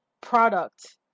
product